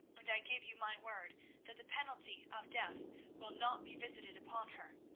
and i give you my word that the penalty of death will not be visited upon her,